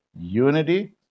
unity